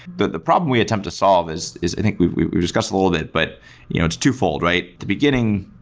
the the problem we attempt to solve is is i think we've we've discussed a little bit, but you know it's twofold, right? the beginning,